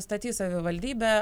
statys savivaldybė